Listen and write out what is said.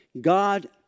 God